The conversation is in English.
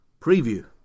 preview